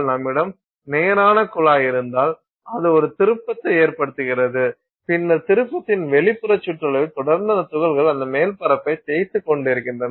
நம்மிடம் நேரான குழாய் இருந்தால் அது ஒரு திருப்பத்தை ஏற்படுத்துகிறது பின்னர் திருப்பத்தின் வெளிப்புற சுற்றளவில் தொடர்ந்து அந்த துகள்கள் அந்த மேற்பரப்பை தேய்த்துக் கொண்டிருக்கின்றன